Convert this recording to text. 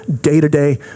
day-to-day